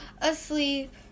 asleep